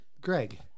Greg